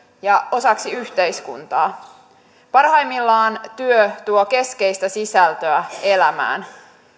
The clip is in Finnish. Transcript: ja osaksi yhteiskuntaa parhaimmillaan työ tuo keskeistä sisältöä elämään